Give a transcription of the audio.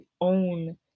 own